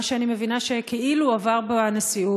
מה שאני מבינה שכאילו עבר בנשיאות,